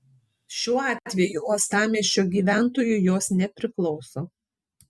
šiuo atveju uostamiesčio gyventojui jos nepriklauso